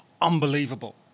unbelievable